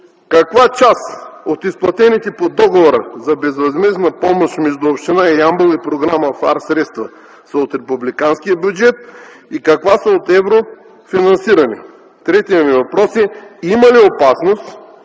Каква част от изплатените по договора за безвъзмездна помощ между община Ямбол и Програма ФАР средства са от републиканския бюджет и каква са от еврофинансиране? Има ли опасност